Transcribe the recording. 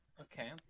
Okay